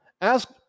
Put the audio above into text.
Ask